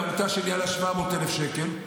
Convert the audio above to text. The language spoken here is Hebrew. לעמותה של 700,000 שקל.